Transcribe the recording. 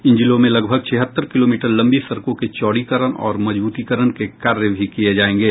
इन जिलों में लगभग छिहत्तर किलोमीटर लंबी सड़कों के चौड़ीकरण और मजब्रतीकरण के कार्य भी किये जायेंगे